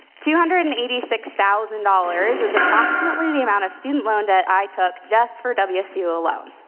two hundred and eighty six thousand dollars is approximately the amount of student loan that i took just for wsu alone.